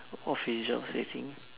office jobs I think